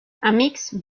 amics